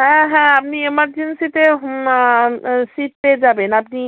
হ্যাঁ হ্যাঁ আপনি এমারজেন্সিতে সিট পেয়ে যাবেন আপনি